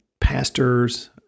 pastors